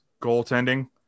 goaltending